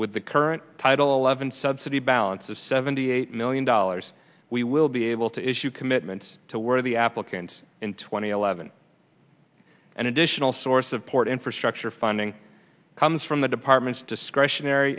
with the current title eleven subsidy balance of seventy eight million dollars we will be able to issue commitments to worthy applicant in two thousand and eleven and additional source of port infrastructure funding comes from the department's discretionary